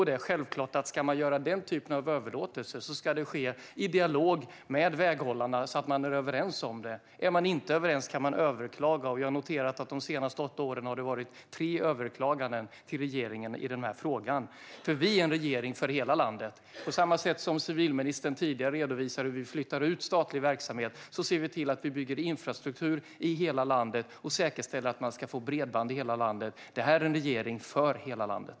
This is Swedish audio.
Det är självklart att om man ska göra den typen av överlåtelser ska det ske i dialog med väghållarna så att man är överens om det. Är man inte överens kan man överklaga. Jag har noterat att de senaste åtta åren har det varit tre överklaganden till regeringen i den frågan. Vi är en regering för hela landet. På samma sätt som civilministern tidigare redovisade hur vi flyttar ut statlig verksamhet ser vi till att vi bygger infrastruktur i hela landet och säkerställer att man ska få bredband i hela landet. Detta är en regering för hela landet.